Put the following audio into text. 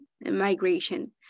migration